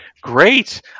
great